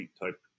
type